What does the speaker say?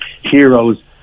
heroes